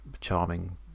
charming